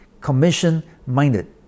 commission-minded